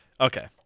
Okay